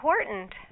important